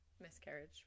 miscarriage